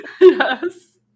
Yes